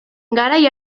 garai